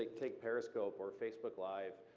take take periscope or facebook live,